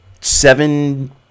seven